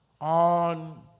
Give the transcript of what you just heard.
on